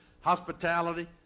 hospitality